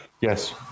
yes